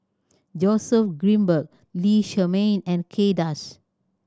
Joseph Grimberg Lee Shermay and Kay Das